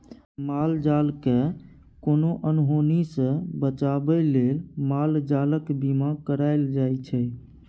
माल जालकेँ कोनो अनहोनी सँ बचाबै लेल माल जालक बीमा कराएल जाइ छै